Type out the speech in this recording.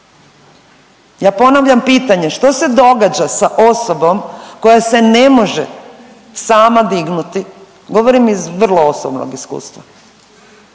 Ja ponavljam pitanje što se događa sa osobom koja se ne može sama dignuti. Govorim iz vrlo osobnog iskustva.